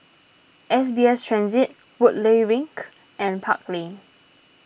S B S Transit Woodleigh Link and Park Lane